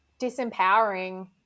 disempowering